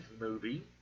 movie